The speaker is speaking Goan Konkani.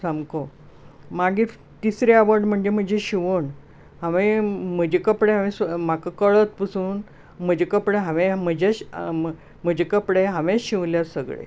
सामको मागीर तिसरी आवड म्हणजे म्हजी शिवण हांवें म्हजें कपडे हांवें म्हाका कळत पासून म्हजें कपडें हांवें म्हजेंश म्हजें कपडें हांवेंच शिवल्यांत सगळें